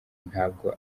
ntabwo